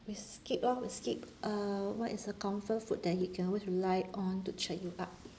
we skip lor we skip uh what is the comfort food that you can always rely on to cheer you up